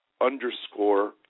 underscore